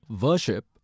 worship